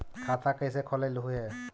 खाता कैसे खोलैलहू हे?